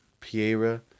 Piera